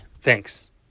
Thanks